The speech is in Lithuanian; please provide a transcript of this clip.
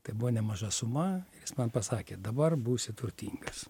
tai buvo nemaža suma ir jis man pasakė dabar būsi turtingas